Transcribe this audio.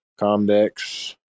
Comdex